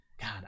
god